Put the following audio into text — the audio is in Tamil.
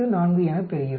84 எனப் பெறுகிறோம்